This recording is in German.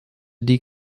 die